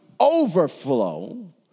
overflow